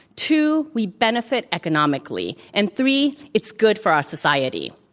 two, we benefit economically, and three, it's good for our society.